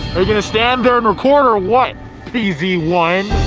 are you gonna stand there and record or what easy one?